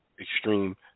extreme